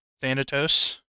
Thanatos